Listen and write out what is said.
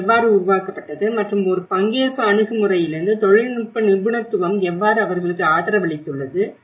அது எவ்வாறு உருவாக்கப்பட்டது மற்றும் ஒரு பங்கேற்பு அணுகுமுறையிலிருந்து தொழில்நுட்ப நிபுணத்துவம் எவ்வாறு அவர்களுக்கு ஆதரவளித்துள்ளது